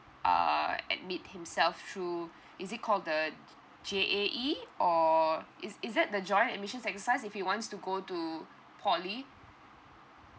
uh admit himself through is it called the J_A_E or is is that the joint admissions exercise if you want to go to poly